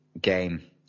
game